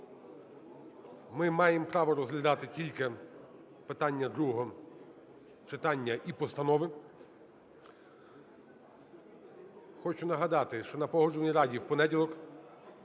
ми маємо право розглядати тільки питання другого читання і постанови. Хочу нагадати, що на Погоджувальній раді в понеділок